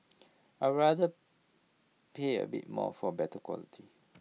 I rather pay A bit more for better quality